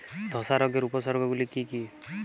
ধসা রোগের উপসর্গগুলি কি কি?